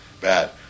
Bad